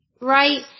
right